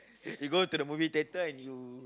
you go to the movie theater and you